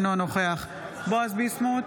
אינו נוכח בועז ביסמוט,